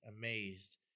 amazed